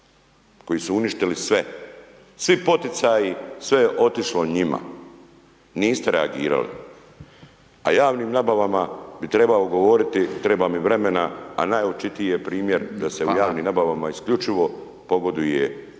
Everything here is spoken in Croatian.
koji su uništili sve, svi poticaji, sve je otišlo njima. Niste reagirali. A javnim nabavama bi trebalo govoriti treba mi vremena a najočitiji je primjer da se u javnim nabavama isključivo pogoduje